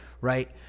right